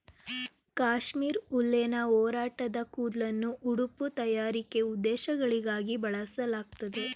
ಕಾಶ್ಮೀರ್ ಉಲ್ಲೆನ್ನ ಒರಟಾದ ಕೂದ್ಲನ್ನು ಉಡುಪು ತಯಾರಿಕೆ ಉದ್ದೇಶಗಳಿಗಾಗಿ ಬಳಸಲಾಗ್ತದೆ